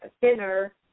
thinner